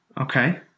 Okay